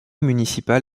municipal